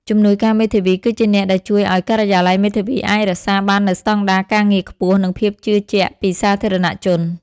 ជំនួយការមេធាវីគឺជាអ្នកដែលជួយឱ្យការិយាល័យមេធាវីអាចរក្សាបាននូវស្តង់ដារការងារខ្ពស់ និងភាពជឿជាក់ពីសាធារណជន។